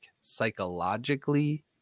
psychologically